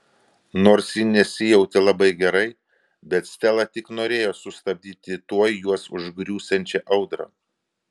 nors ji nesijautė labai gerai bet stela tik norėjo sustabdyti tuoj juos užgriūsiančią audrą